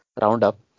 roundup